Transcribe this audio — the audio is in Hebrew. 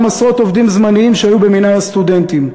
עשרות עובדים זמניים שהיו במינהל הסטודנטים.